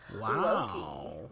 Wow